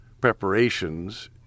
preparations